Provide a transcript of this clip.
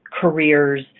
careers